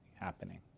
happening